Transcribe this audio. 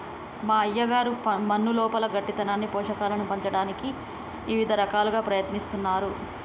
మా అయ్యగారు మన్నులోపల గట్టితనాన్ని పోషకాలను పంచటానికి ఇవిద రకాలుగా ప్రయత్నిస్తున్నారు